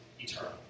eternal